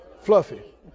Fluffy